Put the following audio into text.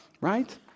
right